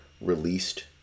released